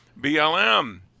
BLM